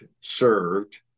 served